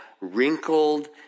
wrinkled